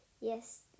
Yes